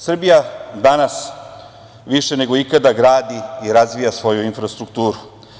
Srbija danas više nego ikada gradi i razvija svoju infrastrukturu.